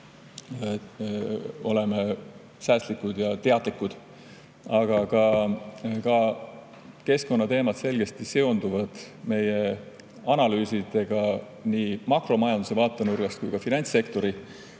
oleme säästlikud ja teadlikud. Aga keskkonnateemad selgesti seonduvad meie analüüsidega nii makromajanduse vaatenurgast kui ka finantssektori